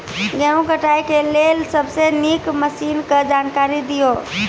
गेहूँ कटाई के लेल सबसे नीक मसीनऽक जानकारी दियो?